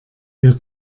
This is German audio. wir